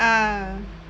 ah